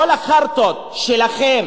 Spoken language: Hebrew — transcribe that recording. כל החארטות שלכם,